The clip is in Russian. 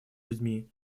людьми